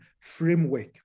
framework